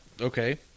Okay